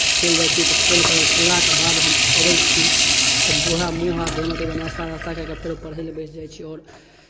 चलि जाइ छी तऽ खेलि कऽ खेललाके बाद हम अबै छी तऽ उएह मूँह हाथ धोलहुँ ताहिके बाद नाश्ता तास्ता कए कऽ फेर पढ़य लेल बैसि जाइत छी आओर